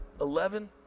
eleven